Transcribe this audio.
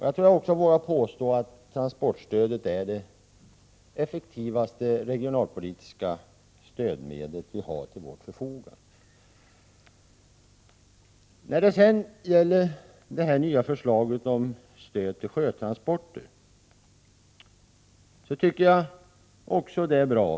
Jag tror jag vågar påstå att transportstödet är det mest effektiva regional politiska stödinstrument vi har till vårt förfogande. Också förslaget i propositionen om ett nytt stöd för sjötransporter tycker jag är bra.